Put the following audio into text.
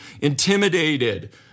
intimidated